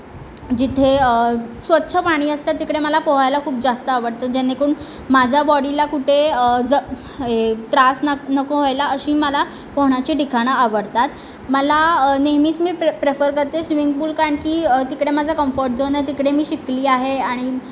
जिथे स्वच्छ पाणी असतं तिकडे मला पोहायला खूप जास्त आवडतं जेणेकरून माझ्या बॉडीला कुठे ज ए त्रास नको नको व्हायला अशी मला पोहण्याची ठिकाणं आवडतात मला नेहमीच मी प्रेफ प्रेफर करते स्वीमिंग पूल कारण की तिकडे माझा कम्फर्ट झोन आहे तिकडे मी शिकली आहे आणि